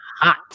hot